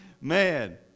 Man